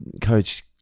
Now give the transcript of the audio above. coach